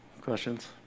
questions